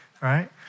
right